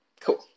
Cool